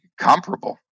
comparable